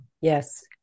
Yes